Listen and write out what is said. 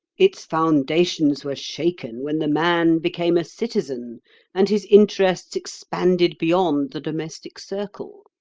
its foundations were shaken when the man became a citizen and his interests expanded beyond the domestic circle.